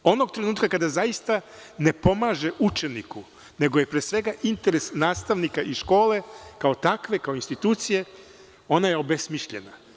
Onog trenutka kada zaista ne pomaže učeniku, nego je, pre svega, interes nastavnika i škole kao takve, kao institucije, ona je obesmišljena.